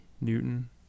Newton